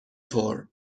طور